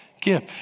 give